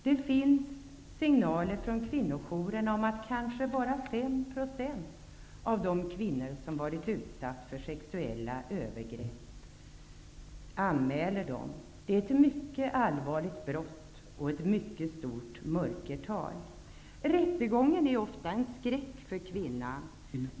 Det finns signaler från kvinnojourerna om att kanske bara 5 % av de kvinnor som har varit utsatta för sexuella övergrepp anmäler dem. Det är ett mycket allvarligt brott, och mörkertalet är mycket stort. Rättegången är ofta en skräck för kvinnan.